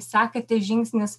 sekate žingsnis